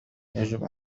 يجب